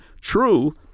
true